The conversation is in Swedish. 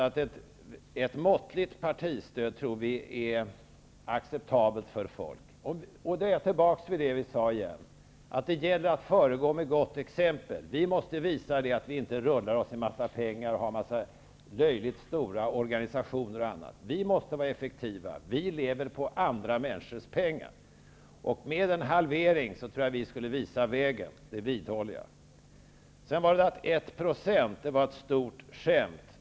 Vi har sagt att vi tror att folk accepterar ett måttligt partistöd. Detta är just vad jag sade tidigare, nämligen att det gäller att föregå med gott exempel. Vi måste visa att vi inte rullar oss i en massa pengar och har en massa löjligt stora organisationer. Vi måste vara effektiva. Vi lever på andra människors pengar. Med en halvering av partistödet tror jag att vi skulle visa vägen, det vidhåller jag. Ingvar Svensson sade att 1 % var ett stort skämt.